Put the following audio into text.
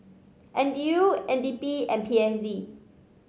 N T U N D P and P S D